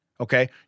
Okay